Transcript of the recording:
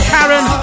Karen